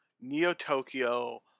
Neo-Tokyo